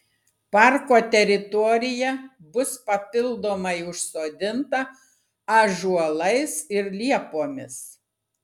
parko teritorija bus papildomai užsodinta ąžuolais ir liepomis